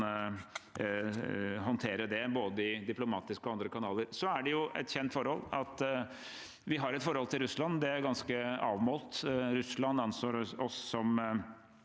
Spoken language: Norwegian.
håndtere det, både diplomatisk og i andre kanaler. Det er kjent at vi har et forhold til Russland. Det er ganske avmålt. Russland anser oss som